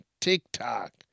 TikTok